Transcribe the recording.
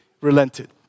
relented